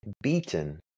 beaten